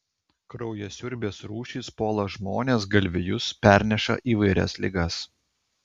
kraujasiurbės rūšys puola žmones galvijus perneša įvairias ligas